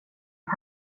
att